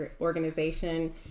organization